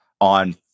on